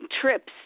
Trips